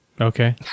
Okay